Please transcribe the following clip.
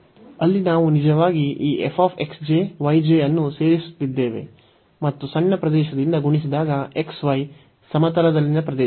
ಅಲ್ಲಿ ನಾವು ನಿಜವಾಗಿ ಈ f x j y j ಅನ್ನು ಸೇರಿಸುತ್ತಿದ್ದೇವೆ ಮತ್ತು ಸಣ್ಣ ಪ್ರದೇಶದಿಂದ ಗುಣಿಸಿದಾಗ x y ಸಮತಲದಲ್ಲಿನ ಪ್ರದೇಶ